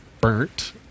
burnt